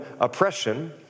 oppression